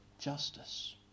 justice